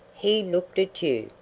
he looked at you,